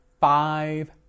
five